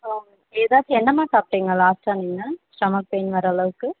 ஆ எதாச்சு என்னம்மா சாப்பிட்டிங்க லாஸ்ட்டாக நீங்கள் ஸ்டொமக் பெயின் வர அளவுக்கு